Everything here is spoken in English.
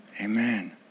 Amen